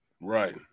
Right